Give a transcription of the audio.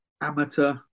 amateur